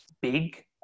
big